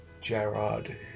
Gerard